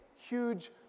huge